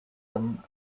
them